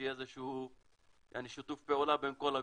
שיהיה שיתוף פעולה בין כל הגורמים.